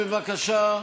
נא לשבת, בבקשה.